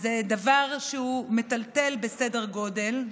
זה דבר שהוא מטלטל בסדר גודל.